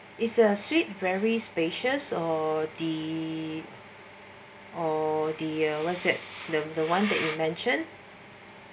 is there a suite very spacious or the or the what it the the [one] that you mention